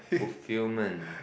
fulfilment